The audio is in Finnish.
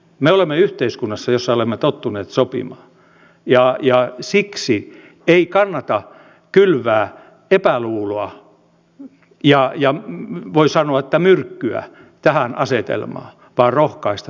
me olemme yhteiskunnassa jossa olemme tottuneet sopimaan ja siksi ei kannata kylvää epäluuloa ja voi sanoa myrkkyä tähän asetelmaan vaan rohkaista sopimaan